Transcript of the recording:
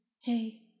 hey